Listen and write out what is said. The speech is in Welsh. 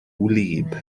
wlyb